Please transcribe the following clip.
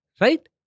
right